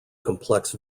complex